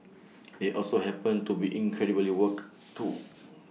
they also happen to be incredibly woke too